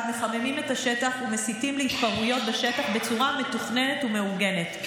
מחממים את השטח ומסיתים להתפרעויות בשטח בצורה מתוכננת ומאורגנת.